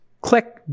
click